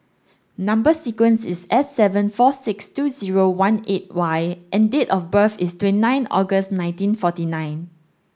number sequence is S seven four six two zero one eight Y and date of birth is twenty nine August nineteen forty nine